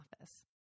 office